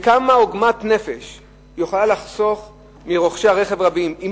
כמה עוגמת נפש יכולה להיחסך מרוכשי רכב רבים אם